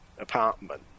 apartment